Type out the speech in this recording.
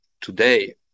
today